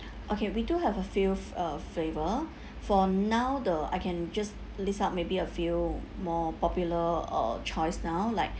okay we do have a few f~ uh flavour for now the I can just list out maybe a few more popular uh choice now like